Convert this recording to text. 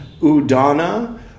udana